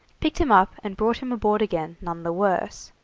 picked him up, and brought him aboard again none the worse.